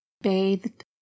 bathed